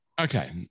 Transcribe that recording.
Okay